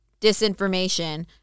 disinformation